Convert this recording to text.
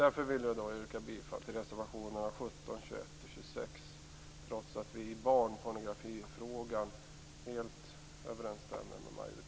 Därför yrkar jag bifall till reservationerna 17, 21 och 26 - trots att vi i barnpornografifrågan är helt överens med majoriteten.